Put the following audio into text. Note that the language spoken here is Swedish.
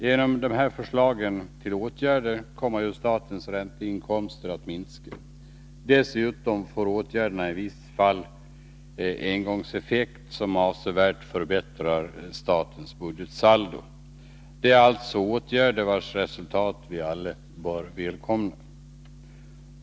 Genom dessa förslag till åtgärder kommer statens räntekostnader att minska. Dessutom får åtgärderna i vissa fall engångseffekter som avsevärt förbättrar statens budgetsaldo. Det är alltså åtgärder vilkas resultat vi alla bör välkomna.